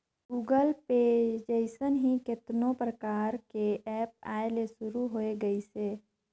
Google Pay जइसन ही कतनो परकार के ऐप आये ले शुरू होय गइसे